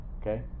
okay